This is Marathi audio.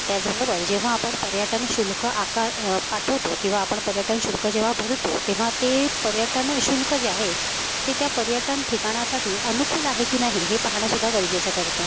त्याचबरोबर जेव्हा आपण पर्यटनशुल्क आका पाठवतो किंवा आपण पर्यटनशुल्क जेव्हा भरतो तेव्हा ते पर्यटनशुल्क जे आहे ते त्या पर्यटन ठिकाणासाठी अनुकूल आहे की नाही हे पाहणंसुद्धा गरजेचं ठरतं